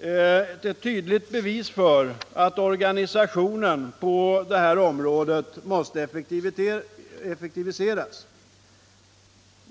är ett tydligt bevis för att organisationen på området måste effektiviseras.